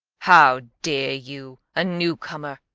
how dare you, a newcomer,